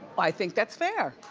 i think that's fair.